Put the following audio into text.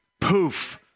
poof